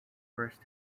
first